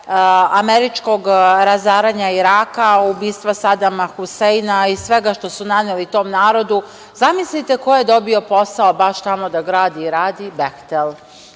američkog razaranja Iraka, ubistva Sadama Huseina i svega što su naneli tom narodu, zamislite ko je dobio posao baš tamo da gradi i radi? „Behtel“.